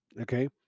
Okay